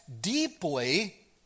deeply